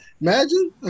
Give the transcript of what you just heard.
Imagine